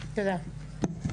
תודה.